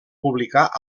publicar